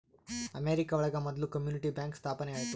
America ಒಳಗ ಮೊದ್ಲು community bank ಸ್ಥಾಪನೆ ಆಯ್ತು